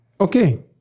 okay